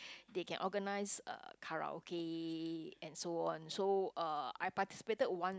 they can organise uh karaoke and so on so uh I participated once